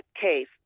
case